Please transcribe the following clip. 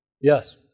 Yes